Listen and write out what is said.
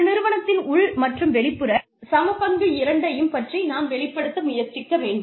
ஒரு நிறுவனத்தின் உள் மற்றும் வெளிப்புற சமபங்கு இரண்டையும் பற்றி நாம் வெளிப்படுத்த முயற்சிக்க வேண்டும்